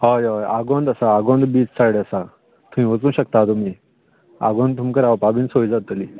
हय हय आगोंद आसा आगोंद बिच सायड आसा थंय वचूं शकतात तुमी आगोंद तुमकां रावपाकूय सोय जातलीं